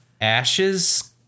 ashes